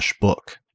book